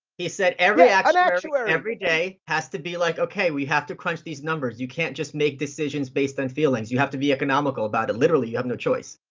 he said every and actuary, every day, has to be like, okay, we have to crunch these numbers. you can't just make these decisions based on feelings. you have to be economical about it. literally, you have no choice.